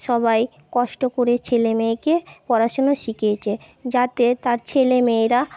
সবাই কষ্ট করে ছেলে মেয়েকে পড়াশুনো শিখিয়েছে যাতে তার ছেলে মেয়েরা